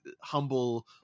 humble